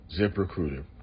ZipRecruiter